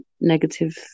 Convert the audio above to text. negative